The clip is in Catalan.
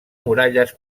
muralles